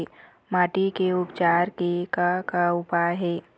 माटी के उपचार के का का उपाय हे?